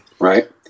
right